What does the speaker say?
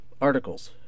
articles